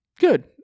good